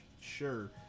sure